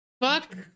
Fuck